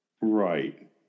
Right